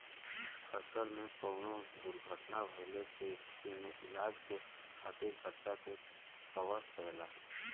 सफर में कउनो दुर्घटना भइले के स्थिति में इलाज के खातिर खर्चा के कवर करेला